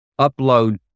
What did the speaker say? upload